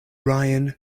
ryan